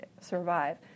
survive